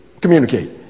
Communicate